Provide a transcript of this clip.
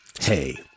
hey